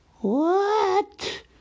What